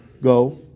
go